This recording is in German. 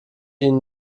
ihnen